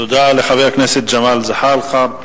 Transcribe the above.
תודה לחבר הכנסת ג'מאל זחאלקה.